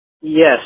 Yes